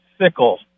Sickle